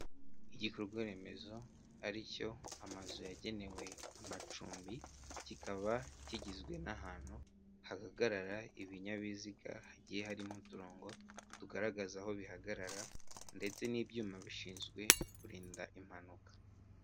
Igikorwa remezo ari cyo amazu yagenewe amacumbi kikaba kigizwe n'ahantu hahagarara ibinyabiziga hagiye harimo uturongo tugaragaza aho bihagarara ndetse n'ibyuma bishinzwe kurinda impanuka.